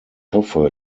hoffe